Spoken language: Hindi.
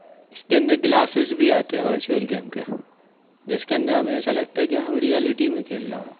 इसके अंदर ग्लािसिज़ भी आते हैं वर्चुअल गेम के जिसके अंदर हमें ऐसा लगता कि हम रियालिटी में खेल रहा हों